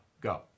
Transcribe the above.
Go